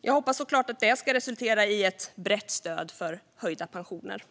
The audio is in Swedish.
Jag hoppas såklart att det ska resultera i ett brett stöd för höjda pensioner.